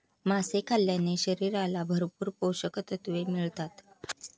मासे खाल्ल्याने शरीराला भरपूर पोषकतत्त्वे मिळतात